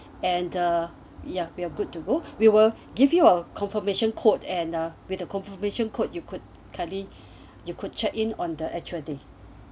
and the ya we're good to go we will give you a confirmation code and uh with a confirmation code you could kindly you could check in on the actual day